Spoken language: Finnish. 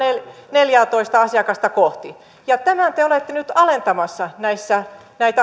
neljäätoista asiakasta kohti tämän te olette nyt alentamassa näissä